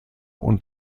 und